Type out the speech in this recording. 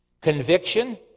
Conviction